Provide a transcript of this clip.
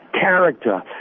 character